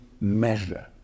measure